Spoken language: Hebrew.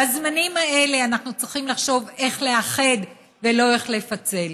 בזמנים האלה אנחנו צריכים לחשוב איך לאחד ולא איך לפצל.